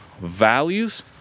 values